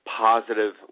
positive